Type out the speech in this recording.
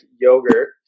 yogurt